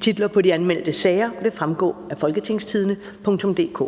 Titler på de anmeldte sager vil fremgå af www.folketingstidende.dk